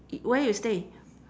where you stay